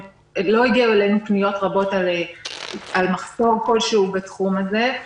לא הגיעו אלינו פניות רבות על מחסור כל שהוא בתחום הזה.